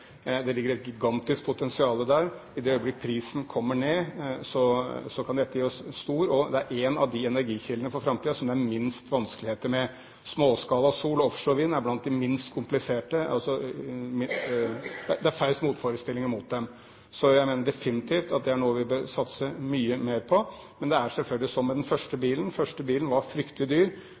Det ligger et gigantisk potensial der. Dette er en av de energikildene for framtida som det er minst vanskeligheter med. Småskala sol og offshore vind er blant de minst kompliserte, altså de som det er færrest motforestillinger mot, så jeg mener definitivt at det er noe vi må satse mye mer på. Men det er selvfølgelig som med den første bilen – den første bilen var fryktelig dyr,